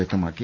വ്യക്തമാക്കി